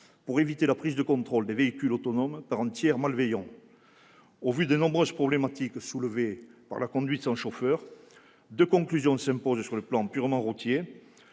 pour éviter la prise de contrôle des véhicules autonomes par un tiers malveillant. Au vu des nombreuses problématiques soulevées par la conduite sans chauffeur, deux conclusions s'imposent sur le plan purement routier.